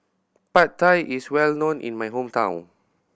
Pad Thai is well known in my hometown